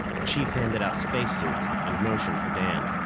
the chief handed out spacesuits and motioned for dan.